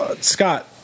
Scott